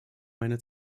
meine